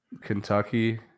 kentucky